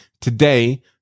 today